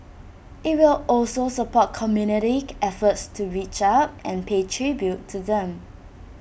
IT will also support community efforts to reach out and pay tribute to them